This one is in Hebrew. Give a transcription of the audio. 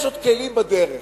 יש עוד כלים בדרך.